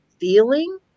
feeling